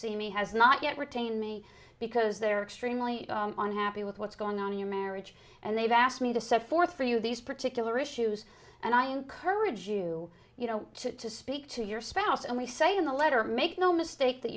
see me has not yet retain me because they're extremely unhappy with what's going on in your marriage and they've asked me to set forth for you these particular issues and i encourage you you know to speak to your spouse and we say in the letter make no mistake that